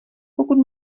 pokud